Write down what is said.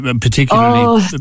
Particularly